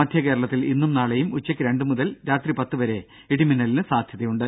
മധ്യകേരളത്തിൽ ഇന്നും നാളെയും ഉച്ചക്ക് രണ്ട് മണി മുതൽ രാത്രി പത്ത് വരെ ഇടിമിന്നലിന് സാധ്യതയുണ്ട്